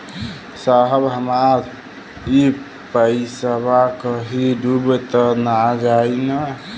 साहब हमार इ पइसवा कहि डूब त ना जाई न?